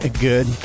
Good